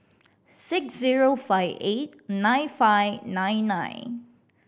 six zero five eight nine five nine nine